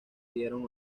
dieron